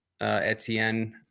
Etienne